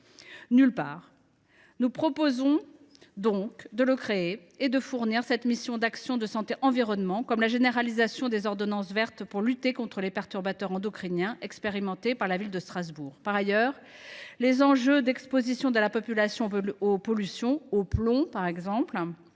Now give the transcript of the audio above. Nulle part. Nous proposons donc de le créer et de lui adjoindre des actions de santé environnementale, comme la généralisation des ordonnances vertes pour lutter contre les perturbateurs endocriniens, expérimentées par la ville de Strasbourg. Par ailleurs, les enjeux d’exposition de la population aux pollutions, par exemple